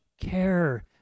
care